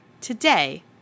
Today